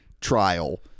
trial